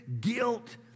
guilt